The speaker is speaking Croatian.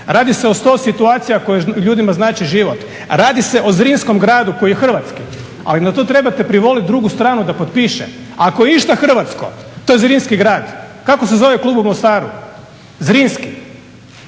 radi se o 100 situacija koje ljudima znače život, radi se o Zrinskom gradu koji je hrvatski, ali na to trebate privoljeti drugu stranu da potpiše. Ako je išta hrvatsko to je Zrinski grad. Kako se zove klub u Mostaru? Zrinski!